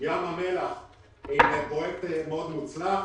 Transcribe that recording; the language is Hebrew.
ים המלח עם פרויקט מאוד מוצלח,